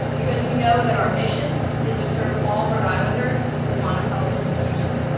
because we know that our mission is to serve all rhode islanders who want a college education.